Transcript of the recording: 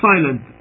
silent